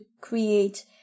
create